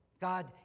God